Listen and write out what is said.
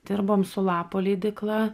dirbom su lapo leidykla